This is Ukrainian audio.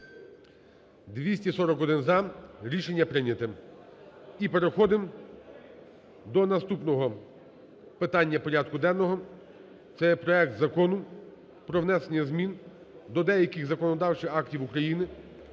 За-241 Рішення прийнято. І переходимо до наступного питання порядку денного. Це є проект Закону про внесення змін до деяких законодавчих актів України